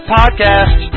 podcast